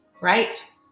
right